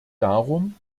darum